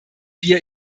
wir